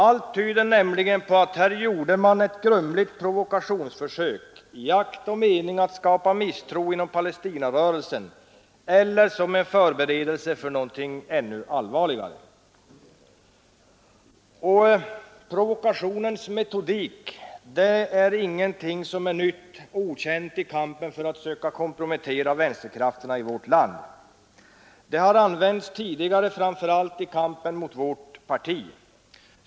Allt tyder nämligen på att man gjorde ett grundligt provokationsförsök i akt och mening att skapa misstro inom Palestinarörelsen eller som en förberedelse för något ännu allvarligare. Provokationens metodik är ingenting nytt och okänt i kampen att söka kompromettera vänsterkrafterna i vårt land — den har använts tidigare framför allt i kampen mot vårt parti.